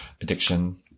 addiction